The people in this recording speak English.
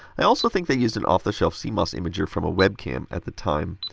i also think they used an off the shelf cmos imager from a web-cam at the time.